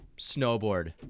snowboard